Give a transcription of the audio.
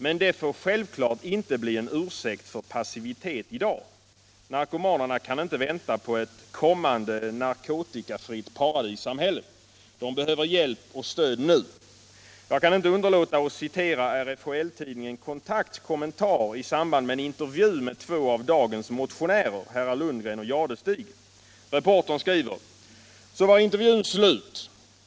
Men det får självklart inte bli en ursäkt för passivitet i dag. Narkomanerna kan inte vänta på ett kommande narkotikafritt paradissamhälle. De behöver hjälp och stöd nu. Jag kan inte underlåta att citera RFHL-tidningens kontaktkommentar i samband med en intervju med två av dagens motionärer, herrar Jadestig och Lundgren. Reportern skriver: ”Så var intervjun slut.